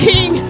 King